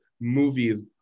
movies